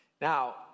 Now